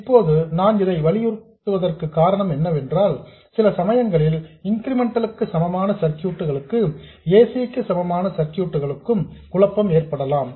இப்போது நான் இதை வலியுறுத்த காரணம் என்னவென்றால் சில சமயங்களில் இன்கிரிமெண்டல் க்கு சமமான சர்க்யூட் களுக்கும் ac க்கு சமமான சர்க்யூட் களுக்கும் குழப்பம் ஏற்படலாம்